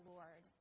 Lord